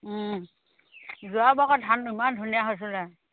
যোৱা বাৰ আকৌ ধান ইমান ধুনীয়া হৈছিলে